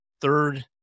third